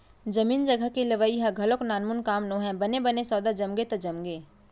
जमीन जघा के लेवई ह घलोक नानमून काम नोहय बने बने सौदा जमगे त जमगे